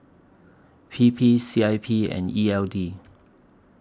P P C I P and E L D